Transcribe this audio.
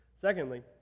Secondly